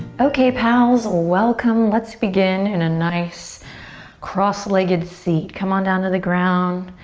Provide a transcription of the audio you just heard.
okay pals, welcome. let's begin in a nice cross-legged seat. come on down to the ground.